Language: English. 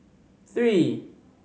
three